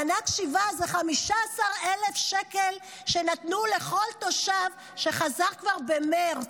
מענק שיבה זה 15,000 שקל שנתנו לכל תושב שחזר כבר במרץ.